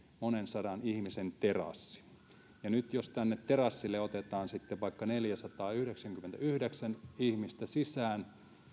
monen sadan ihmisen terassi nyt jos tänne terassille otetaan sitten vaikka neljäsataayhdeksänkymmentäyhdeksän ihmistä sisään